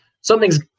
something's